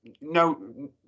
no